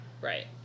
right